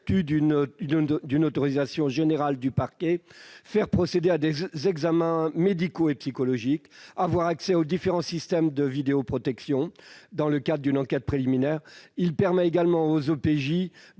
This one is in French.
d'une autorisation générale du parquet, faire procéder à des examens médicaux et psychologiques, avoir accès aux différents systèmes de vidéoprotection dans le cadre d'une enquête préliminaire. Il permet également aux